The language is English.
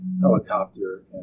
helicopter